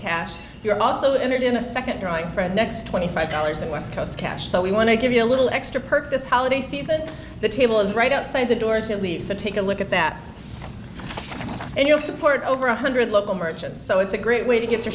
cast you're also entered in the second drawing for the next twenty five dollars and west coast cash so we want to give you a little extra perk this holiday season the table is right outside the doors at least take a look at that and you'll support over one hundred local merchants so it's a great way to get